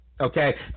okay